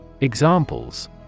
Examples